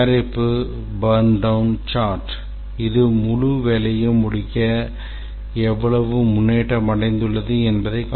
தயாரிப்பு burndown chart இது முழு வேலையும் முடிக்க எவ்வளவு முன்னேற்றம் அடைந்துள்ளது என்பதை